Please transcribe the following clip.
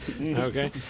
Okay